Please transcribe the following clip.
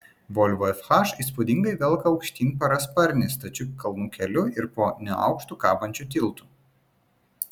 volvo fh įspūdingai velka aukštyn parasparnį stačiu kalnų keliu ir po neaukštu kabančiu tiltu